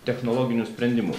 technologinius sprendimus